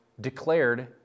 declared